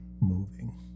moving